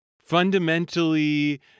fundamentally